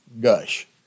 Gush